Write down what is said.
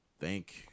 thank